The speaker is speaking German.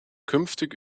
künftig